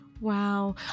Wow